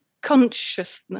consciousness